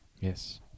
Yes